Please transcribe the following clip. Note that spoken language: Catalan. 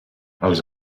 els